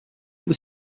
into